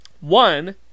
One